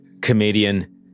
comedian